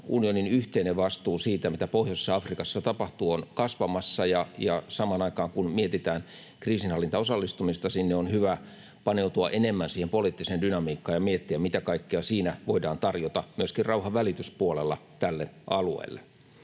unionin yhteinen vastuu siitä, mitä pohjoisessa Afrikassa tapahtuu, on kasvamassa, ja samaan aikaan kun mietitään kriisinhallintaan osallistumista sinne, on hyvä paneutua enemmän siihen poliittiseen dynamiikkaan ja miettiä, mitä kaikkea siinä voidaan tarjota, myöskin rauhanvälityspuolella, tälle alueelle.